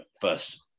first